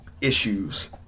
issues